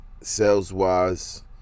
sales-wise